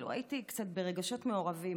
הייתי קצת ברגשות מעורבים.